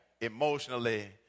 emotionally